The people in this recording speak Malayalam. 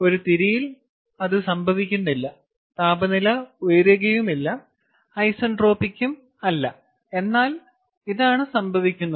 ഒരു തിരിയിൽ അത് സംഭവിക്കുന്നില്ല താപനില ഉയരുകയുമില്ല ഐസെൻട്രോപിക്കും അല്ല എന്നാൽ ഇതാണ് സംഭവിക്കുന്നത്